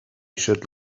should